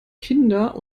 kinder